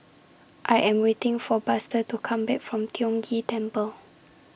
I Am waiting For Buster to Come Back from Tiong Ghee Temple